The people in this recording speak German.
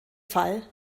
fall